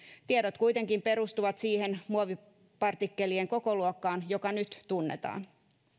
tiedot kuitenkin perustuvat siihen muovipartikkelien kokoluokkaan joka nyt tunnetaan